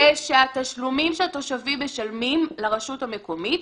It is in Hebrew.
זה שהתשלומים שהתושבים משלמים לרשות המקומית,